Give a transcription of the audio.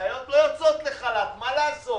החיות לא יוצאות לחל"ת, מה לעשות?